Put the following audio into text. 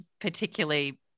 particularly